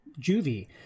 Juvie